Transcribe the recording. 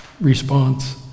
response